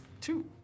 Two